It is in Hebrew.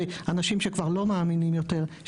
באנשים שרוצים אבל כבר לא מאמינים שזה